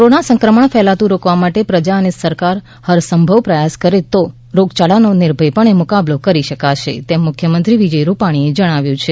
corona સંક્રમણ ફેલાતું રોકવા માટે પ્રજા અને સરકાર હરસંભવ પ્રયાસ કરે તો રોગચાળાનો નિર્ભયપણે મુકાબલો કરી શકાશે તેમ મુખ્યમંત્રી વિજય રૂપાણીએ જણાવ્યુ છે